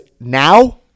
now